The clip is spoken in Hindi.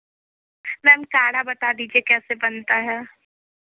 मैम काढ़ा बता दीजिए कैसे बनता है